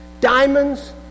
Diamonds